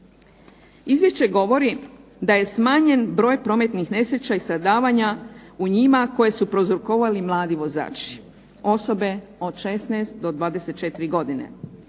Izvješće govori da je smanjen broj prometnih nesreća i stradavanja u njima koje su prouzrokovali mladi vozači osobe od 16 do 24 godine.